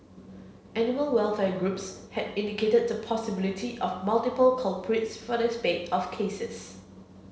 animal welfare groups had indicated the possibility of multiple culprits for the spate of cases